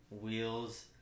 wheels